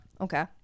Okay